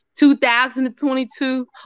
2022